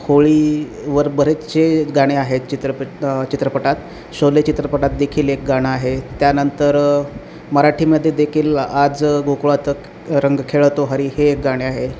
होळीवर बरेचसे गाणे आहेत चित्रपट चित्रपटात शोले चित्रपटात देखील एक गाणं आहे त्यानंतर मराठीमध्ये देखील आज गोकुळात रंग खेळतो हरी हे एक गाणे आहे